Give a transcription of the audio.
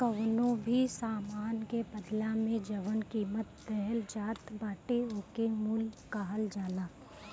कवनो भी सामान के बदला में जवन कीमत देहल जात बाटे ओके मूल्य कहल जाला